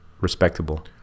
respectable